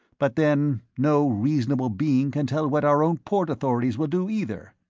but then, no reasonable being can tell what our own port authorities will do either!